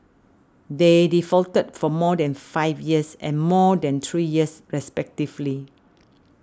they defaulted for more than five years and more than three years respectively